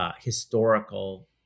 historical